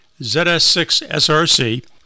ZS6SRC